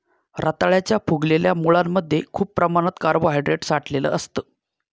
रताळ्याच्या फुगलेल्या मुळांमध्ये खूप प्रमाणात कार्बोहायड्रेट साठलेलं असतं